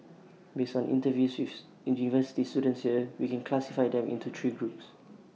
based on interviews with university students here we can classify them into three groups